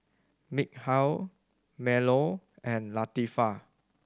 Mikhail Melur and Latifa